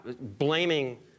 blaming